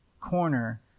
corner